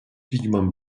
pigments